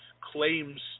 claims